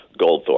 Goldthorpe